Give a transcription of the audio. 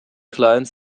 client